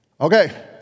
Okay